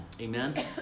Amen